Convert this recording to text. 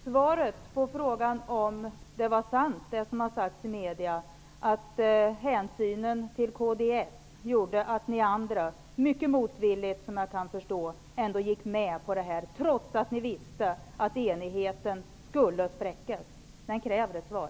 Herr talman! Frågan om det är sant som sagts i media, att hänsynen till kds gjorde att ni andra mycket motvilligt, som jag kan förstå, gick med på det här, trots att ni visste att enigheten skulle spräckas, den frågan kräver ett svar.